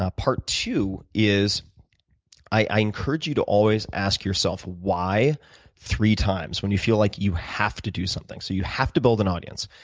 ah two is i encourage you to always ask yourself why three times when you feel like you have to do something. so you have to build an audience,